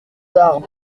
tard